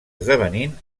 esdevenint